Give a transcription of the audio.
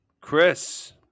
Chris